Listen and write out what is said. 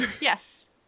Yes